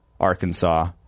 Arkansas